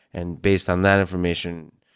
and based on that information,